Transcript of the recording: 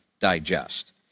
digest